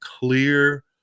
clear